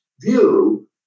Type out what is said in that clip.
view